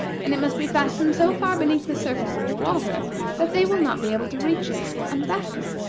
and it must be fastened so far beneath the surface of the water that they will not be able to reach it to unfasten it.